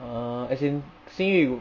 err as in xing yu w~